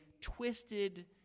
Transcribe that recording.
twisted